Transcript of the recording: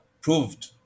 proved